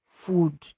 food